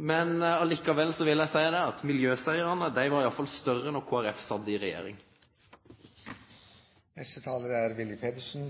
Allikevel vil jeg si at miljøseirene var iallfall større da Kristelig Folkeparti satt i regjering. Jeg er